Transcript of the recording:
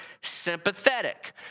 sympathetic